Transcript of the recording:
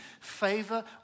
Favor